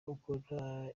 ukora